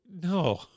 No